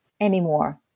anymore